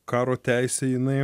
karo teisė jinai